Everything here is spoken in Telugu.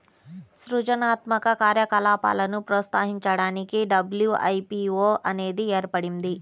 సృజనాత్మక కార్యకలాపాలను ప్రోత్సహించడానికి డబ్ల్యూ.ఐ.పీ.వో అనేది ఏర్పడింది